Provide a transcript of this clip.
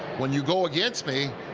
when you go against me,